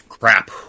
crap